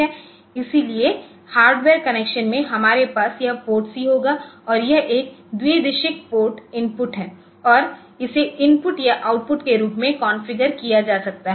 इसलिए hardware connection में हमारे पास यह PORTC होगा और यह एक द्विदिशिक पोर्ट इनपुट है और इसे इनपुट या आउटपुट के रूप में कॉन्फ़िगर किया जा सकता है